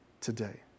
today